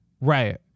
Right